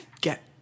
get